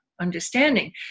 understanding